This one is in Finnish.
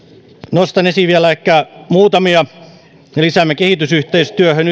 nostan esiin vielä muutamia lisäämme kehitysyhteistyöhön